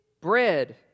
Bread